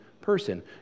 person